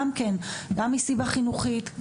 גם מסיבה חינוכית,